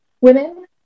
women